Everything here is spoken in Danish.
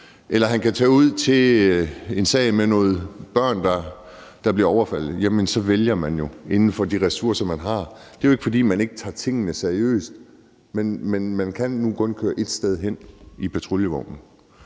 eller han kan tage ud til en sag med nogle børn, der bliver overfaldet – så vælger han jo inden for de ressourcer, man har. Det er jo ikke, fordi man ikke tager tingene seriøst, men man kan nu kun køre ét sted hen i patruljevognen